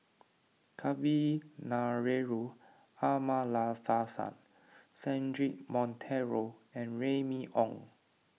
Kavignareru Amallathasan Cedric Monteiro and Remy Ong